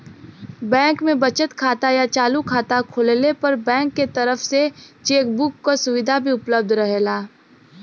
bank में बचत खाता या चालू खाता खोलले पर बैंक के तरफ से चेक बुक क सुविधा भी उपलब्ध रहेला